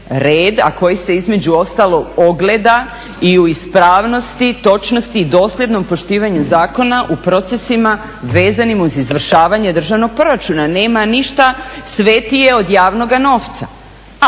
red, a koji se između ostalog ogleda i u ispravnosti, točnosti i dosljednom poštivanju zakona u procesima vezanim uz izvršavanje državnog proračuna. Nema ništa svetije od javnoga novca.